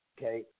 Okay